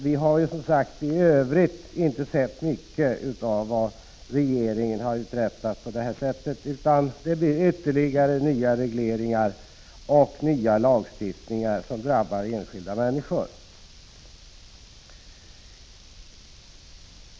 Vi har inte heller i övrigt sett mycket av vad regeringen har uträttat i den vägen. Det blir i stället ytterligare nya regleringar och nya lagstiftningar som drabbar enskilda människor.